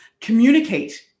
communicate